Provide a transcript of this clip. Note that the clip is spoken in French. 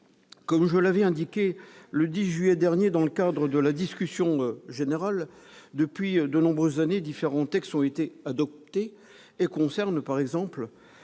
Comme je l'avais indiqué le 10 juillet dernier dans le cadre de la discussion générale, depuis de nombreuses années, différents textes ont été adoptés, concernant par exemple